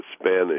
Spanish